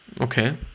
Okay